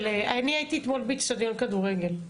אני הייתי אתמול באצטדיון כדורגל.